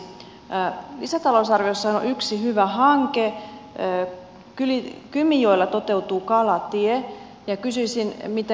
lisätalousarviossahan on yksi hyvä hanke kymijoella toteutuu kalatie ja kysyisin